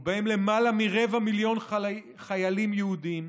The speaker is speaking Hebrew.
ובהם למעלה מרבע מיליון חיילים יהודים,